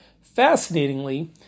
Fascinatingly